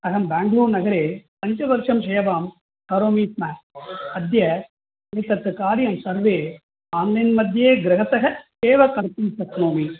अहं ब्याङ्गलूर् नगरे पञ्चवर्षं सेवां करोमि स्म अद्य एतत् कार्यं सर्वे आन्लैन् मध्ये गृहतः एव कर्तुं शक्नोमि